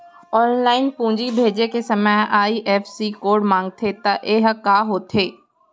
Online पूंजी भेजे के समय आई.एफ.एस.सी कोड माँगथे त ये ह का होथे?